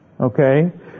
okay